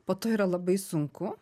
po to yra labai sunku